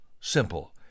Simple